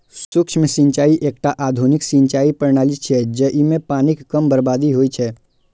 सूक्ष्म सिंचाइ एकटा आधुनिक सिंचाइ प्रणाली छियै, जइमे पानिक कम बर्बादी होइ छै